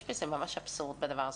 יש ממש אבסורד בדבר הזה.